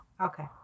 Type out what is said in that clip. Okay